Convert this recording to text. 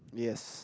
yes